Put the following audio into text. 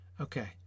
Okay